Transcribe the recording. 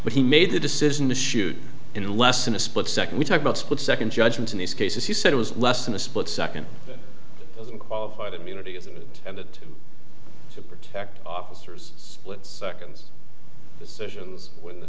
but he made the decision to shoot in less than a split second we talk about split second judgment in these cases he said it was less than a split second isn't qualified immunity isn't it and that to protect officers split seconds decisions when